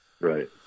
Right